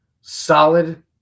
solid